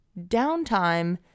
downtime